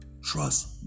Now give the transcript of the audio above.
Trust